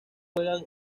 juegan